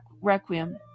Requiem